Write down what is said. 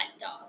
dog